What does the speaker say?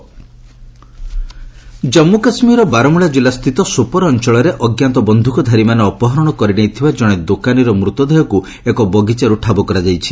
JK ସବ୍କିପର କିଲ୍ ଜାମ୍ମୁ କାଶ୍ମୀରର ବାରମୁଲା କିଲ୍ଲା ସ୍ଥିତ ସୋପୋର ଅଞ୍ଚଳରେ ଅଜ୍ଞାତ ବନ୍ଧ୍ରକଧାରୀମାନେ ଅପହରଣ କରିନେଇଥିବା ଜଣେ ଦୋକାନୀର ମୃତ ଦେହକୁ ଏକ ବଗିଚାର୍ତ ଠାବ କରାଯାଇଛି